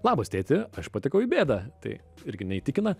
labas tėti aš patekau į bėdą tai irgi neįtikina